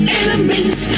enemies